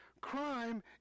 Crime